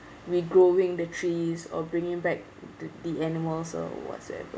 regrowing the trees or bringing back th~ the animals or whatsoever